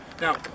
Now